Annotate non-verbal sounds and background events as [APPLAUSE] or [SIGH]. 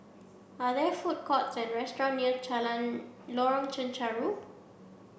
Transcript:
are there food courts or restaurants near [UNINTELLIGIBLE] Lorong Chencharu